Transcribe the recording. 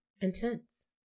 intense